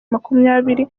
makumyabiri